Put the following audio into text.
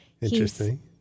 interesting